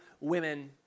women